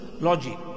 logic